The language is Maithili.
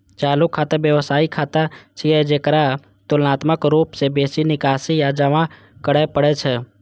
चालू खाता व्यवसायी के खाता छियै, जेकरा तुलनात्मक रूप सं बेसी निकासी आ जमा करै पड़ै छै